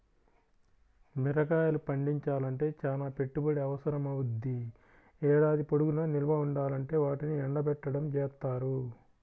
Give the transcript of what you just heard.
మిరగాయలు పండించాలంటే చానా పెట్టుబడి అవసరమవ్వుద్ది, ఏడాది పొడుగునా నిల్వ ఉండాలంటే వాటిని ఎండబెట్టడం జేత్తారు